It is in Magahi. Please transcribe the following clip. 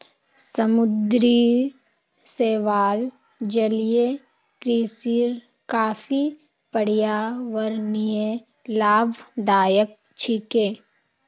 समुद्री शैवाल जलीय कृषिर काफी पर्यावरणीय लाभदायक छिके